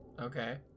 Okay